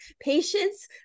patience